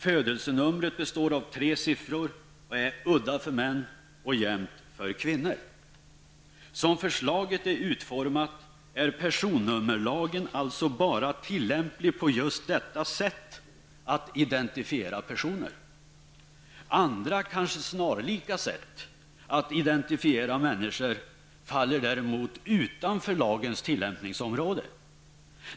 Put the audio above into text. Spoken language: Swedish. Födelsenumret består av tre siffror, och den näst sista siffran är udda för män och jämn för kvinnor. Som förslaget är utformat är personnummerlagen alltså bara tillämplig på just detta sätt att identifiera personer. Andra kanske snarlika sätt att identifiera människor faller däremot utanför lagens tillämpningsområde.